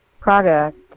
product